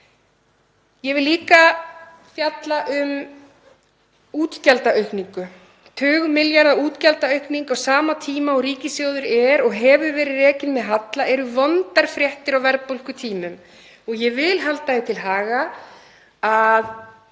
Ég vil líka fjalla um útgjaldaaukningu. Tugmilljarða útgjaldaaukning á sama tíma og ríkissjóður er og hefur verið rekinn með halla eru vondar fréttir á verðbólgutímum. Ég vil halda því til haga að